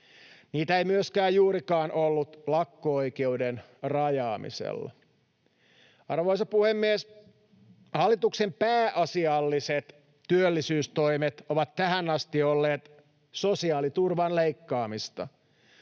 Niitä ei myöskään juurikaan ollut lakko-oikeuden rajaamisella. Arvoisa puhemies! Hallituksen pääasialliset työllisyystoimet ovat tähän asti olleet sosiaaliturvan leikkaamista.